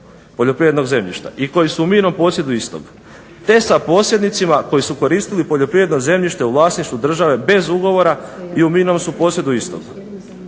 i koji su u mirnom posjedu istog te sa posjednicima koji su koristili poljoprivredno zemljište u vlasništvu države bez ugovora i u mirnom su posjedu istog.